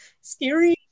scary